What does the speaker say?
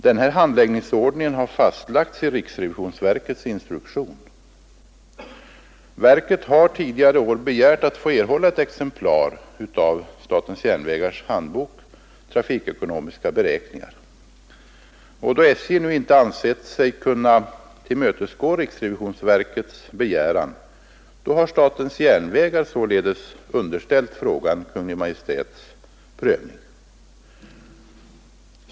Denna handläggningsordning har fastlagts i riksrevisionsverkets instruktion. Verket har tidigare år begärt att få ett exemplar av statens järnvägars handbok Trafikekonomiska beräkningar. Då statens järnvägar nu inte ansett sig kunna tillmötesgå riksrevisionsverkets begäran, har SJ således underställt frågan Kungl. Maj:t prövning.